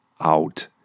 out